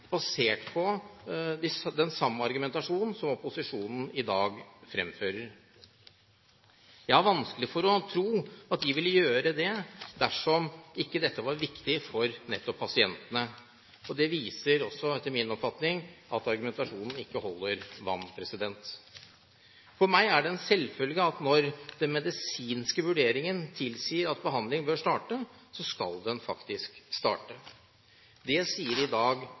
basert på den samme argumentasjon som opposisjonen i dag fremfører. Jeg har vanskelig for å tro at den ville gjøre det dersom dette ikke var viktig for nettopp pasientene. Dette viser også, etter min oppfatning, at argumentasjonen ikke holder vann. For meg er det en selvfølge at når den medisinske vurderingen tilsier at behandling bør starte, skal den faktisk starte. Det sier i dag